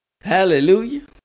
Hallelujah